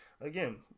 again